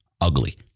ugly